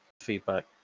feedback